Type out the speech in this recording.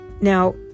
Now